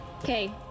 Okay